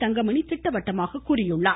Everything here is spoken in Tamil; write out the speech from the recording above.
தங்கமணி திட்டவட்டமாக கூறியிருக்கிறார்